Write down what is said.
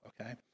okay